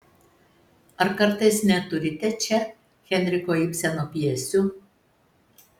ar kartais neturite čia henriko ibseno pjesių